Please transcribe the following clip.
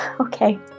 Okay